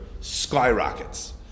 skyrockets